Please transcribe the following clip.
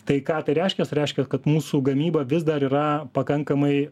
tai ką tai reiškias reiškia kad mūsų gamyba vis dar yra pakankamai